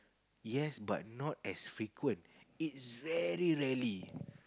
yes but not as frequent it's very rarely